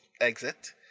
exit